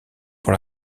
pour